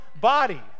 body